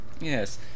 Yes